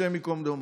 השם ייקום דמו?